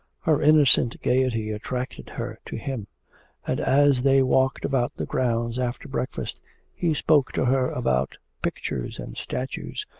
her innocent gaiety attracted her to him and as they walked about the grounds after breakfast he spoke to her about pictures and statues,